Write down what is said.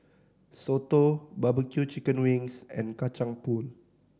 soto barbecue chicken wings and Kacang Pool